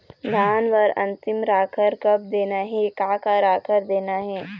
धान बर अन्तिम राखर कब देना हे, का का राखर देना हे?